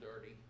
dirty